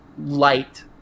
light